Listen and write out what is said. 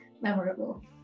memorable